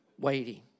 waiting